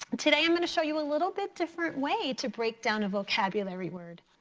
today i'm gonna show you a little bit different way to break down a vocabulary word.